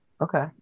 Okay